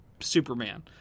Superman